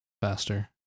faster